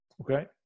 Okay